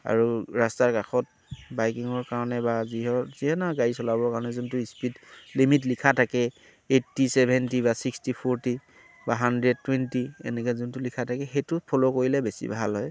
আৰু ৰাস্তাৰ কাষত বাইকিঙৰ কাৰণে বা যিহৰ যিহেতু গাড়ী চলাবৰ কাৰণে যোনটো স্পীড লিমিট লিখা থাকে এইট্টি ছেভেণ্টি বা ছিক্সটি ফ'ৰটি বা হাণ্ড্ৰেড টুৱেণ্টি এনেকে যোনটো লিখা থাকে সেইটো ফ'ল' কৰিলে বেছি ভাল হয়